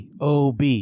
OB